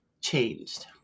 changed